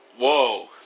Whoa